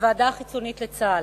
בוועדה חיצונית לצה"ל.